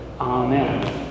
Amen